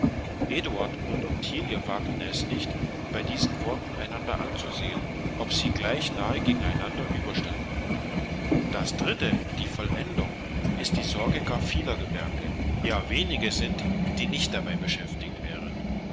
eduard und ottilie wagten nicht bei diesen worten einander anzusehen ob sie gleich nahe gegen einander über standen das dritte die vollendung ist die sorge gar vieler gewerke ja wenige sind die nicht dabei beschäftigt wären